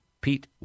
Pete